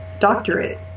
doctorate